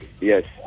yes